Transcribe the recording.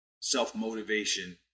self-motivation